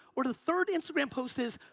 or the third instagram post is,